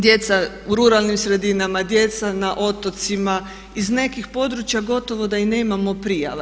Djeca u ruralnim sredinama, djeca na otocima, iz nekih područja gotovo da i nemamo prijava.